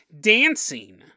dancing